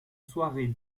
soirée